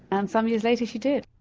and some years later she did.